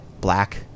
black